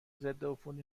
ضدعفونی